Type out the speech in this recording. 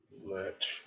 Let